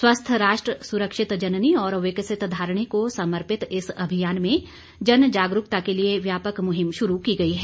स्वस्थ राष्ट्र सुरक्षित जननी और विकसित धारिणी को समर्पित इस अभियान में जन जागरूकता के लिए व्यापक मुहिम शुरू की गई है